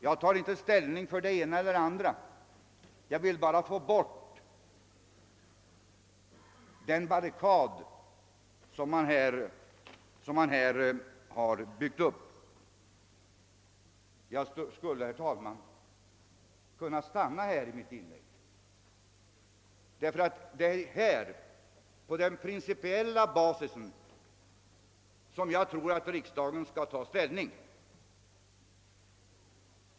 Jag tar inte ställning för det ena eller det andra. Jag vill bara få bort den barrikad som man här har byggt upp. Herr talman! Jag skulle kunna stanna här i mitt inlägg, ty det är på denna principiella basis som jag tror att riksdagen skall ta ställning.